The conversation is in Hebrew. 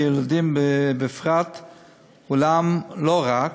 בילדים בפרט אולם לא רק,